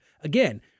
again